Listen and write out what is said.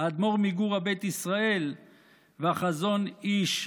האדמו"ר מגור הבית ישראל והחזון איש,